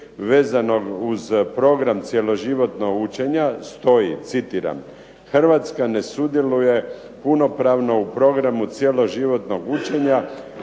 vezanog uz program cjeloživotnog učenja stoji citiram: „Hrvatska ne sudjeluje punopravno u programu cjeloživotnog učenja,